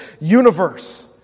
universe